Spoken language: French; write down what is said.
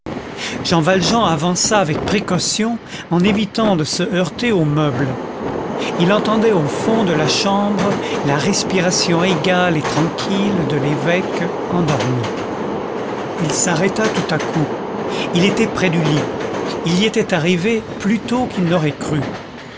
jean valjean avança avec précaution en évitant de se heurter aux meubles il entendait au fond de la chambre la respiration égale et tranquille de l'évêque endormi il s'arrêta tout à coup il était près du lit il y était arrivé plus tôt qu'il n'aurait cru